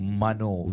mano